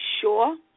sure